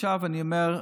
עכשיו אני אומר,